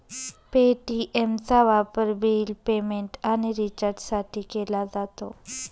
पे.टी.एमचा वापर bill payment आणि रिचार्जसाठी केला जातो